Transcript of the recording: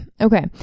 Okay